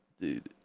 dude